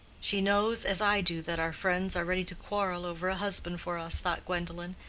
she knows, as i do, that our friends are ready to quarrel over a husband for us, thought gwendolen,